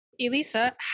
Elisa